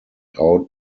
out